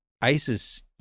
isis